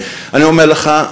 אני אומר לך,